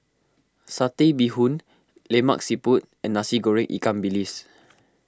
Satay Bee Hoon Lemak Siput and Nasi Goreng Ikan Bilis